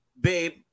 babe